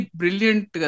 brilliant